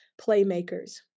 playmakers